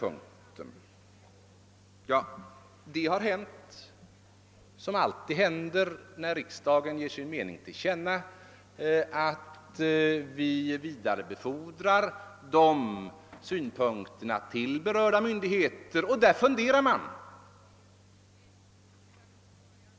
Ja, det har hänt som alltid händer när riksdagen ger sin mening till känna. Vi vidarebefordrar riksdagens synpunkter till berörda myndigheter och där funderar man.